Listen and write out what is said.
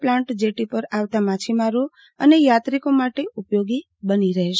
plant jetty પર આવતા માછીમારો અને યાત્રિકો માટે ઉપયોગી બની રહેશે